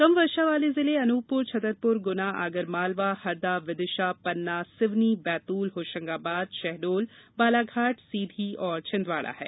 कम वर्षा वाले जिले अनूपपुर छतरपुर गुना आगर मालवा हरदा विदिशा पन्ना सिवनी बैतूल होशंगाबाद शहडोल बालाघाट सीधी और छिंदवाड़ा हैं